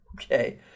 Okay